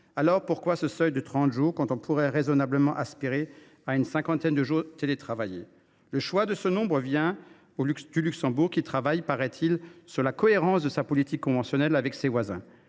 donc fixer ce seuil à 34 jours, alors que l’on pourrait raisonnablement aspirer à une cinquantaine de jours télétravaillés ? Le choix de ce nombre vient du Luxembourg, qui travaille, paraît il, à la cohérence de sa politique conventionnelle avec ses voisins.